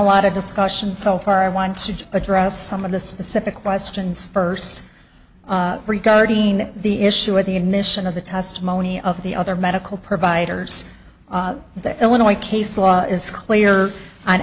a lot of discussion so far i want to address some of the specific questions first regarding the issue of the admission of the testimony of the other medical providers the illinois case law is clear